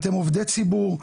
אתם עובדי ציבור,